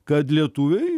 kad lietuviai